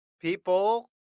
people